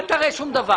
אל תראה שום דבר.